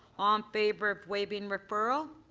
um favor of waiving referral.